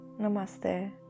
namaste